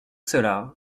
cela